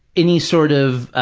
any sort of